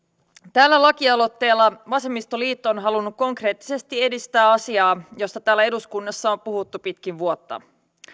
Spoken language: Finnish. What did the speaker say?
tällä lakialoitteella vasemmistoliitto on halunnut konkreettisesti edistää asiaa josta täällä eduskunnassa on puhuttu pitkin vuotta